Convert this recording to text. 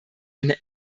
eine